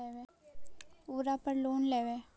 ओरापर लोन लेवै?